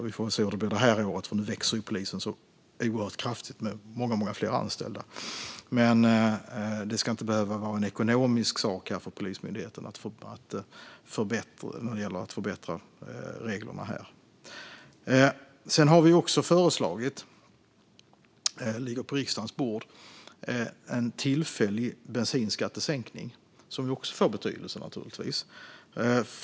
Vi får väl se hur det blir det här året, för nu växer ju polisen oerhört kraftigt med många fler anställda. Det ska dock inte behöva vara en ekonomisk fråga för Polismyndigheten när det gäller att förbättra reglerna här. Sedan har vi även föreslagit - det ligger på riksdagens bord - en tillfällig bensinskattesänkning, som naturligtvis också får betydelse.